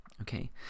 Okay